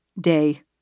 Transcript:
day